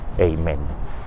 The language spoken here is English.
Amen